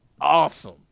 awesome